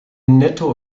netto